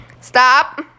Stop